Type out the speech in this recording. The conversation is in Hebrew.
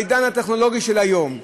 בעידן הטכנולוגי של היום,